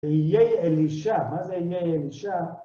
בימי אלישע, מה זה ימי אלישע?